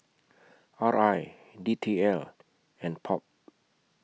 R I D T L and POP